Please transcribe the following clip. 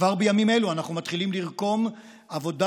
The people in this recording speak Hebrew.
כבר בימים אלו אנו מתחילים לרקום עבודה